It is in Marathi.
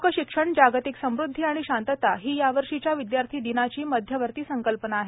लोकशिक्षण जागतिक समुद्वी आणि शांतता ही यावर्षीच्या विद्यार्थी दिनाची मध्यवर्ती संकल्पना आहे